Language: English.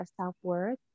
self-worth